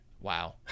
Wow